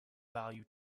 value